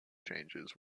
changes